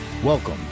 Welcome